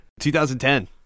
2010